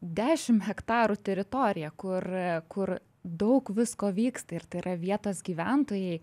dešim hektarų teritorija kur kur daug visko vyksta ir tai yra vietos gyventojai